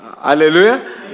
Hallelujah